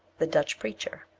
the dutch preacher,